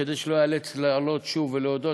כדי שלא איאלץ לעלות שוב ולהודות,